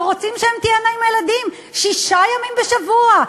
ורוצים שהן תהיינה עם הילדים שישה ימים בשבוע,